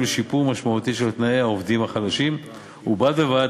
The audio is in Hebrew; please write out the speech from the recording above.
לשיפור משמעותי של תנאי העובדים החלשים ובד בבד,